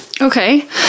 Okay